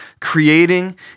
creating